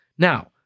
Now